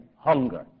hunger